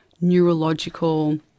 neurological